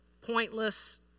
pointless